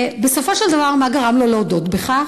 בסופו של דבר מה גרם לו להודות בכך?